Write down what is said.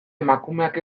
emakumeak